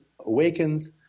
awakens